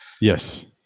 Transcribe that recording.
Yes